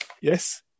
Yes